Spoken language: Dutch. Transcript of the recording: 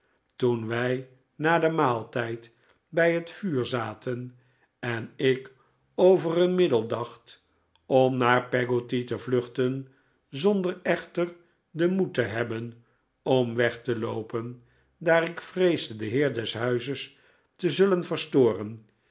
toen wij na den maaltijd bij het vuur zaten en ik over een middel dacht om naar peggotty te vluchten zonder echter den moed te hebben om weg te loopen daar ik vreesde den heer des huizes te zullen verstoren